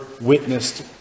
witnessed